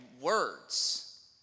words